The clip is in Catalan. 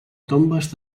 tombes